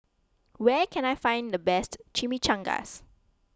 where can I find the best Chimichangas